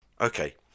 Okay